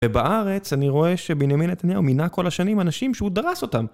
ובארץ אני רואה שבנימין נתניהו מינה כל השנים אנשים שהוא דרס אותם